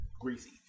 Greasy